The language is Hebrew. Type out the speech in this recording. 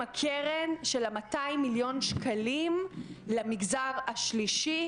הקרן של ה-200 מיליון שקלים למגזר השלישי?